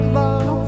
love